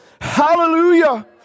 Hallelujah